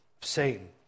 Satan